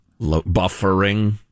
buffering